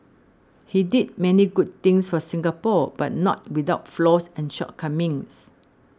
he did many good things for Singapore but not without flaws and shortcomings